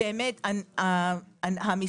יש את